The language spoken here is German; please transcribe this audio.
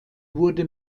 wurde